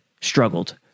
struggled